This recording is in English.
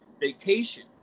vacation